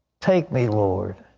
take me, lord.